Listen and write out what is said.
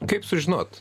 kaip sužinot